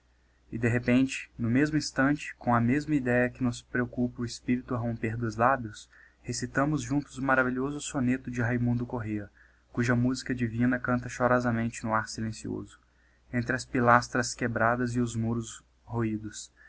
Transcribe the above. e de repente no mesmo instante com a mesma idéa que nos preoccupa o espirito a romper dos lábios recitamos juntos o maravilhoso soneto de raymundo corrêa cuja musica divina canta chorosamente no ar silencioso entre as pilas trás quebradas e os muros roídos